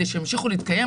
כדי שהם ימשיכו להתקיים,